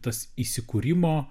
tas įsikūrimo